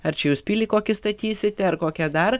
ar čia jūs pilį kokį statysite ar kokią dar